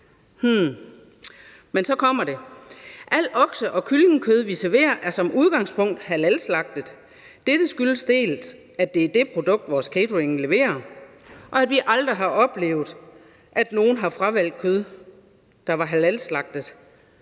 Hm, men så kommer det: Al okse- og kyllingekød, vi serverer, er som udgangspunkt halalslagtet. Dette skyldes dels, at det er det produkt, vores catering leverer, dels, at vi aldrig har oplevet, at nogen har fravalgt kød, der var halalslagtet.